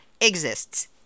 exists